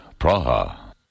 Praha